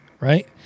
right